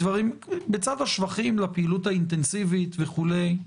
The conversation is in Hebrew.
בצד השבחים לפעילות האינטנסיבית וכולי,